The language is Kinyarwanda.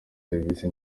serivisi